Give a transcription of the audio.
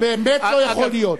באמת לא יכול להיות.